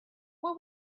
what